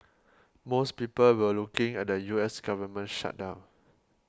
most people were looking at the U S government shutdown